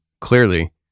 clearly